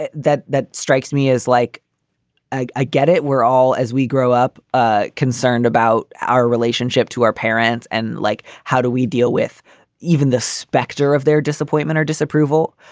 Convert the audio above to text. that that strikes me as like i get it. we're all as we grow up ah concerned about our relationship to our parents and like how do we deal with even the specter of their disappointment or disapproval?